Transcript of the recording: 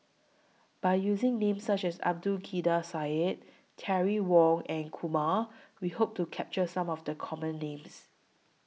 By using Names such as Abdul Kadir Syed Terry Wong and Kumar We Hope to capture Some of The Common Names